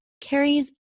carries